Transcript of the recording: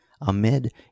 amid